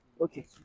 Okay